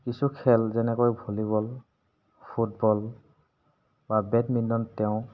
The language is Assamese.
কিছু খেল যেনেকৈ ভলীবল ফুটবল বা বেডমিণ্টন তেওঁক